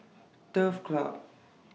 Turf Club